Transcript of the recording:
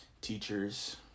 teachers